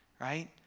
right